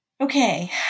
Okay